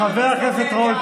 חברת הכנסת שטרית,